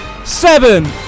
Seven